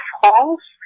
France